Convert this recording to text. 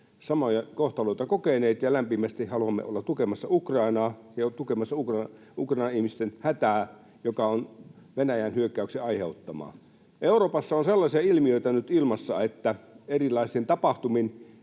samoja kohtaloita kokeneet, ja lämpimästi haluamme olla tukemassa Ukrainaa ja tukemassa Ukrainan ihmisten hätää, joka on Venäjän hyökkäyksen aiheuttama. Euroopassa on sellaisia ilmiöitä nyt ilmassa, että erilaisin tapahtumin